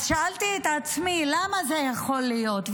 אז שאלתי את עצמי למה זה יכול להיות,